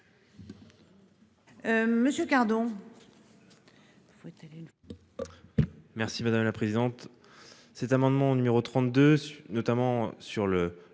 Monsieur gardons.